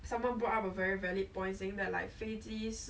about the place I want to go to do like just